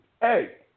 Hey